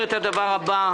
הדבר הבא: